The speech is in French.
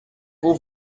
vous